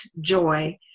joy